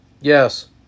Yes